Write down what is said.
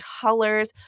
colors